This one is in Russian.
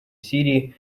сирии